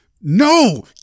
No